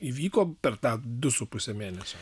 įvyko per tą du su puse mėnesio